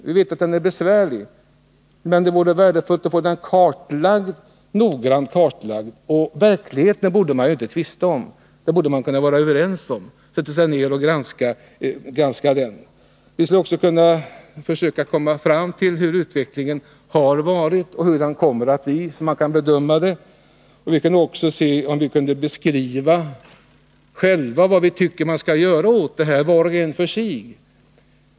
Vi vet att den är besvärlig, men det vore värdefullt att få den noggrant kartlagd. Och verkligheten borde vi inte tvista om — vi borde kunna vara överens om att vi skall sätta oss ner och granska den. Vi skulle kunna söka komma fram till hur utvecklingen har varit och hur den kan bedömas bli. Vi kunde också själva, var och en för sig, lämna en beskrivning och ange vad vi tycker att man skall göra åt saken.